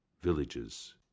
villages